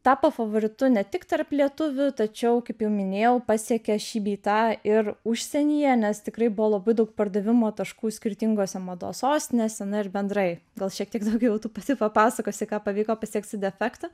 tapo favoritu ne tik tarp lietuvių tačiau kaip jau minėjau pasiekė šį bei tą ir užsienyje nes tikrai buvo labai daug pardavimo taškų skirtingose mados sostinėse na ir bendrai gal šiek tiek daugiau tu pati papasakosi ką pavyko pasiekt su defektu